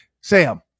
sam